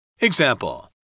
Example